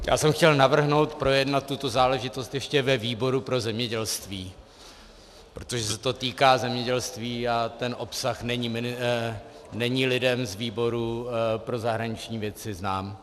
Já jsem chtěl navrhnout projednat tuto záležitost ještě ve výboru pro zemědělství, protože se to týká zemědělství a ten obsah není lidem z výboru pro zahraniční věci znám.